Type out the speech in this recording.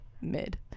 mid